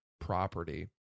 property